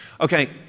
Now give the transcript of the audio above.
Okay